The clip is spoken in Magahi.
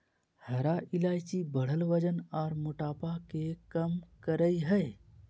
हरा इलायची बढ़ल वजन आर मोटापा के कम करई हई